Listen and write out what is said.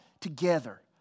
together